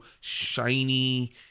shiny